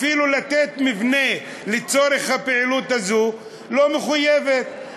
אפילו לתת מבנה לצורך הפעילות הזאת היא לא מחויבת.